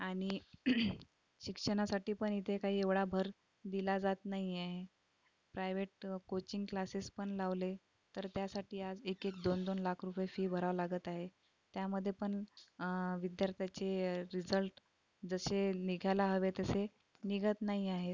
आणि शिक्षणासाठी पण इथे काही एवढा भर दिला जात नाही आहे प्रायव्हेट कोचिंग क्लासेस पण लावले तर त्यासाठी आज एक एक दोन दोन लाख रुपये फी भरावं लागत आहे त्यामध्ये पण विद्यार्थ्याचे रिजल्ट जसे निघायला हवे तसे निघत नाही आहेत